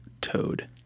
toad